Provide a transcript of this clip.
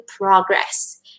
progress